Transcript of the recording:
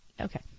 Okay